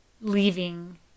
leaving